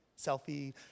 Selfie